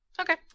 okay